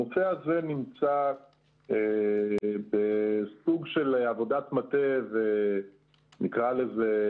הנושא הזה נמצא בסוג של עבודת מטה ונקרא לזה